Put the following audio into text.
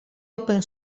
open